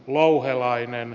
louhelainen